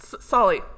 Solly